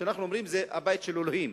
שאנחנו אומרים שזה הבית של אלוהים,